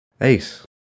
Ace